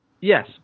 Yes